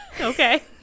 Okay